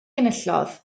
enillodd